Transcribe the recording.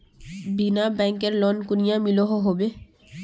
बिना बैंकेर लोन कुनियाँ मिलोहो होबे?